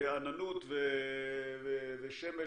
עננות ושמש